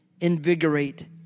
invigorate